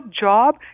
job